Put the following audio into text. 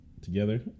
Together